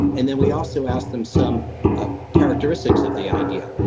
and then we also asked them some ah characteristics of the idea.